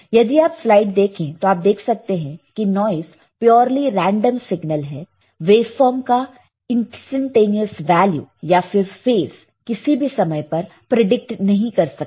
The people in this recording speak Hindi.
यदि आप स्लाइड देखें तो आप देख सकते हैं कि नॉइस प्योरली रेंडम सिग्नल है वेफॉर्म का इंस्टैन्टेनियस वैल्यू या फिर फेस किसी भी समय पर प्रिडिक्ट नहीं कर सकते हैं